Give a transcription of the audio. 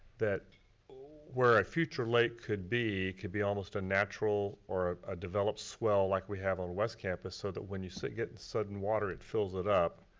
that where a future lake could be, could be almost a natural or ah a developed swell like we have on west campus, so that when you get sudden water it fills it up,